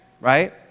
right